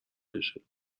بشه